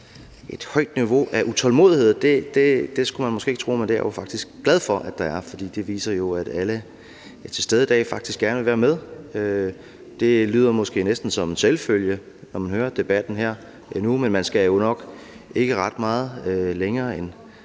et højt niveau af utålmodighed. Og man skulle måske ikke tro det, men det er jeg faktisk glad for at der er, for det viser jo, at alle, der er til stede i dag, faktisk gerne vil være med. Det lyder måske næsten som en selvfølge, når man hører debatten her, men man skal nok ikke gå ret meget længere